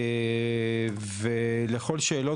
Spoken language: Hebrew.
ולכל שאלות.